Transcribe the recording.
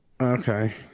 Okay